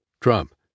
Trump